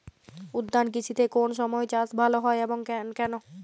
উদ্যান কৃষিতে কোন সময় চাষ ভালো হয় এবং কেনো?